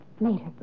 Later